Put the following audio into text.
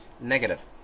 negative